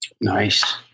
Nice